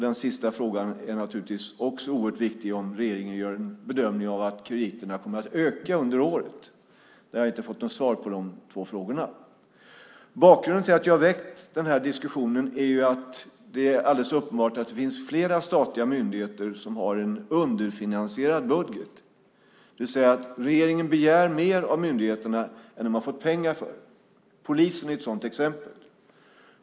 Den sista frågan är naturligtvis också oerhört viktig, nämligen om regeringen gör en bedömning av att krediterna kommer att öka under året. Jag har inte fått något svar på dessa två frågor. Bakgrunden till att jag har väckt denna diskussion är att det är alldeles uppenbart att det finns flera statliga myndigheter som har en underfinansierad budget, det vill säga att regeringen begär mer av myndigheterna än vad de har fått pengar för. Polisen är ett sådant exempel.